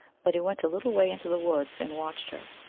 but he went a little way into the woods and watched her.